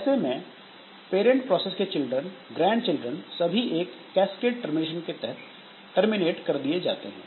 ऐसे में parent process के चिल्ड्रन ग्रैंडचिल्ड्रन सभी एक कैस्केड टर्मिनेशन के तहत टर्मिनेट कर दिए जाते हैं